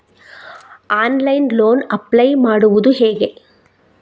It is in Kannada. ಆನ್ಲೈನ್ ಲೋನ್ ಅಪ್ಲೈ ಮಾಡುವುದು ಹೇಗೆ?